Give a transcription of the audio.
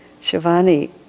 Shivani